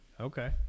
Okay